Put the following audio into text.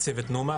צוות נומה.